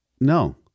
No